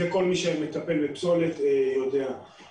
כל מי שמטפל בפסולת יודע את זה.